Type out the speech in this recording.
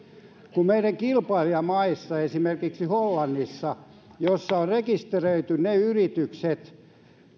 kun meidän kilpailijamaissa esimerkiksi hollannissa missä on rekisteröity ne yrityk set